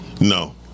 No